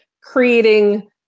creating